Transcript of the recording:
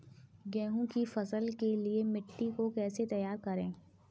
गेहूँ की फसल के लिए मिट्टी को कैसे तैयार करें?